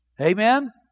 Amen